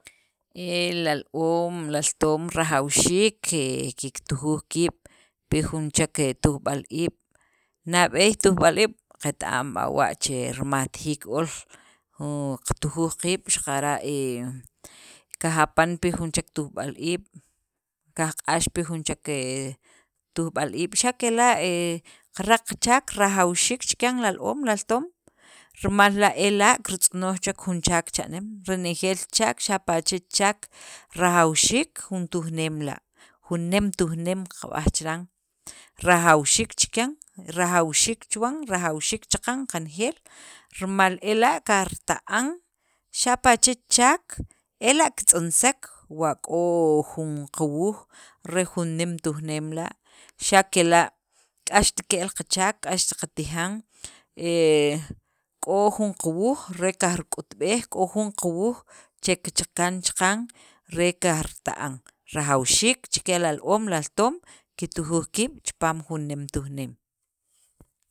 El li al- oom li altoom rajawxiik ke kiktujuj kiib' pi jun chek tujb'al iib', neb'eey tujb'al iib' qet. am b'a wa' che rimajtajiik ool jun qatujuj qiib', xaqara' he qajapan pi jun chek tujb'al iib',. qajk'ax pi jun chek he tujb'al iib', xa' kela' he qaraq qachaak, rajawxiik chikyan li al- oom li altoom rimal la' ela' kirtz'onoj chek jun chaak chek cha'neem renejeel chaak, xapa' chech chaak rajawxiik jun tujneem la', jun nem tujneem qab'aj chiran, rajawxiik chikyan, rajawxiik chuwan, rajawxiik chaqan qanejeel rimal ela' qajritijan xapa' chech chaak ela' kitz'onsek wa k'o jun qawuuj re jun nem tujneem la', xa' kela' k'axt ke'l qachaak, k'axt qatijan, he k'o jun qawuuj re qak'utb'ej, k'o jun qawuuj che kichakan chaqan re qajrita'an, rajawxiik chikyan li al- oom altoom kiktujuj kiib' chipaam jun nem tujneem.